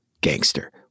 gangster